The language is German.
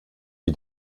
die